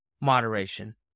moderation